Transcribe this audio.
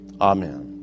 Amen